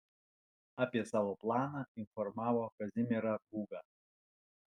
apie savo planą informavo kazimierą būgą